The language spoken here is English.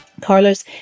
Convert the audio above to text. Carlos